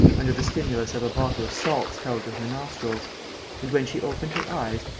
under the stimulus of a bottle of salts held to her nostrils and, when she opened her eyes,